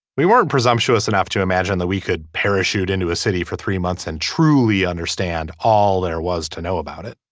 we weren't presumptuous enough to imagine that we could parachute into a city for three months and truly understand all there was to know about it.